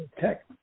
tech